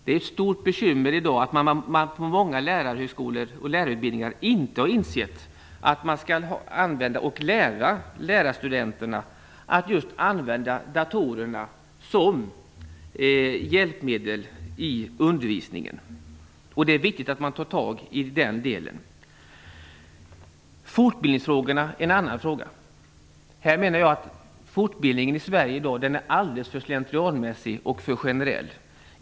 Det är ett stort bekymmer i dag att man på många lärarhögskolor och lärarutbildningar inte har insett att man skall lära lärarstudenterna att använda datorer som hjälpmedel i undervisningen. Det är viktigt att man tar tag i den delen. Fortbildningsfrågan är en annan fråga. Fortbildningen i Sverige i dag är alldeles för slentrianmässig och generell.